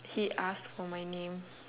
he asked for my name